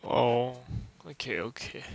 oh okay okay